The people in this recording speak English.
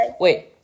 Wait